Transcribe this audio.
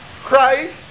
Christ